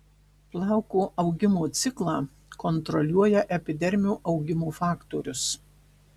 plauko augimo ciklą kontroliuoja epidermio augimo faktorius